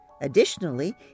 Additionally